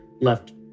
left